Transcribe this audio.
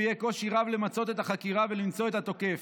ויהיה קושי רב למצות את החקירה ולמצוא את התוקף.